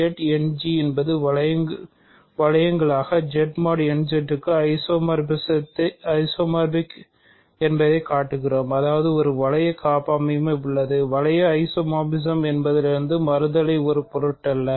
Z End G என்பது வளையங்களாக Z mod n Z க்கு ஐசோமார்பிக் என்பதைக் காட்டுகிறோம் அதாவது ஒரு வளைய காப்பமைவியம் உள்ளது வளைய ஐசோமார்பிசம் என்பதிலிருந்து மாறுதலை ஒரு பொருட்டல்ல